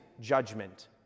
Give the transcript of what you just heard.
judgment